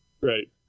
Right